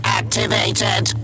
activated